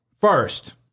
first